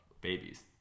babies